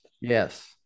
Yes